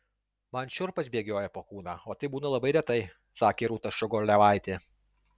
man šiurpas bėgioja po kūną o tai būna labai retai sakė rūta ščiogolevaitė